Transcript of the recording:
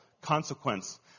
consequence